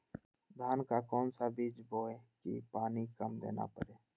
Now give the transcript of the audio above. धान का कौन सा बीज बोय की पानी कम देना परे?